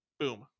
Boom